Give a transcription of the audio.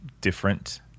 different